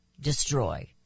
Destroy